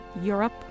Europe